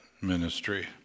ministry